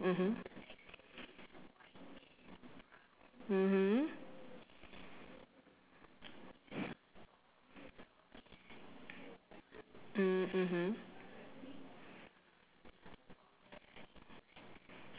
mmhmm mmhmm mmhmm